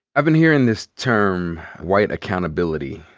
been hearing this term, white accountability,